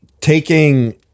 taking